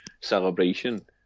celebration